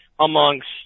amongst